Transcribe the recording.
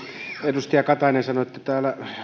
edustaja katainen sanoi täällä että